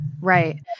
Right